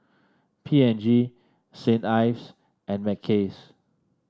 P and G Saint Ives and Mackays